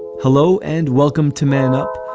hello and welcome to man up,